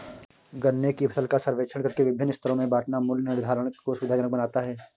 गन्ने की फसल का सर्वेक्षण करके विभिन्न स्तरों में बांटना मूल्य निर्धारण को सुविधाजनक बनाता है